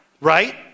right